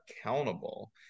accountable